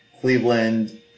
Cleveland